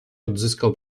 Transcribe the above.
odzyskał